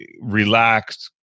relaxed